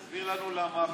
תסביר לנו למה,